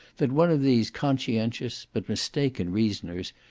that one of these conscientious, but mistaken reasoners,